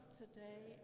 today